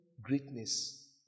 greatness